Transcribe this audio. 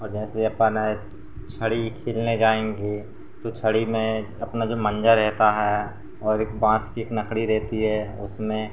और जैसे अपन है छड़ी खेलने जाएँगे तो छड़ी में अपना जो मान्झा रहता है और एक बाँस की एक लकड़ी रहती है उसमें